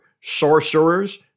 Sorcerers